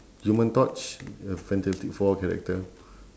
human torch a fantastic four character